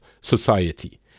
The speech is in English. society